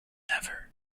never